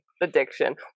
Addiction